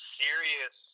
serious